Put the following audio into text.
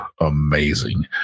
amazing